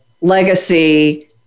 legacy